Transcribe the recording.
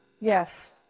Yes